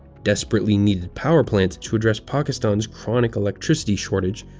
desperately needed power plants to address pakistan's chronic electricity shortage,